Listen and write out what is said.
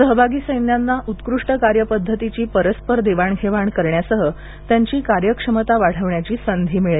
सहभागी सैन्यांना उत्कृष्ट कार्यपद्धतीची परस्पर देवाणघेवाण करण्यासह त्यांची कार्यक्षमता वाढविण्याची संधी मिळेल